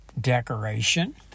decoration